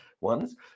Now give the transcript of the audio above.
ones